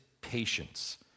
patience